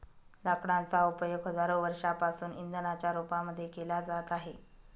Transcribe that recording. लाकडांचा उपयोग हजारो वर्षांपासून इंधनाच्या रूपामध्ये केला जात आहे